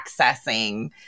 accessing